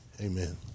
Amen